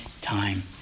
time